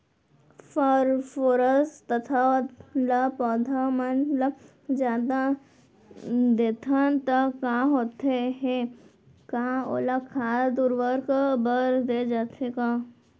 Phosphorus तथा ल पौधा मन ल जादा देथन त का होथे हे, का ओला खाद उर्वरक बर दे जाथे का?